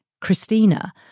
christina